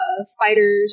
spiders